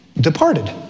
departed